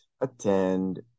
attend